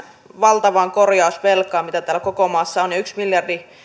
valtavaan korjausvelkaan mitä täällä koko maassa on yksi miljardi